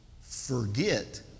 forget